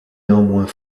néanmoins